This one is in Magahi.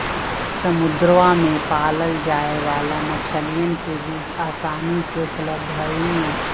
समुद्रवा में पाल्ल जाये वाला मछलीयन के बीज आसानी से उपलब्ध हई